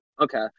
Okay